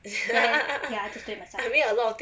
ya I just do it myself